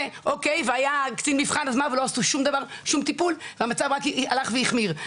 והיה קצין מבחן שלא עשה שום טיפול והמצב רק הלך והחמיר.